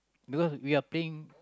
because we are paying